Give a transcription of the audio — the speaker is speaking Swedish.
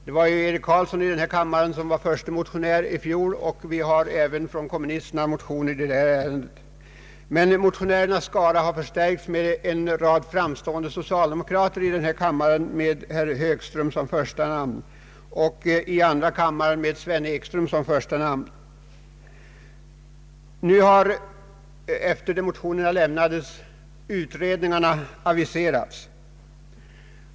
Herr Eric Carlsson i denna kammare är motionär, och det föreligger även en kommunistmotion i detta ärende. Motionärernas skara har emellertid nu förstärkts med en rad framstående socialdemokrater, i denna kammare med herr Högström som första namn och i andra kammaren med herr Ekström som första namn. Efter det att motionerna väcktes har vissa utredningar aviserats.